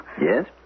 Yes